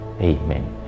Amen